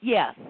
Yes